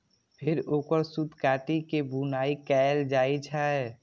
फेर ओकर सूत काटि के बुनाइ कैल जाइ छै